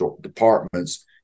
departments